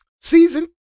Season